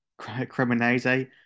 Cremonese